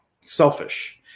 selfish